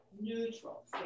Neutral